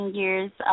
years